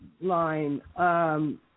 line